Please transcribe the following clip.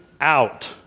Out